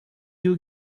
you